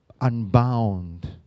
unbound